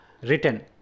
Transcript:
Written